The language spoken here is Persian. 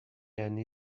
یعنی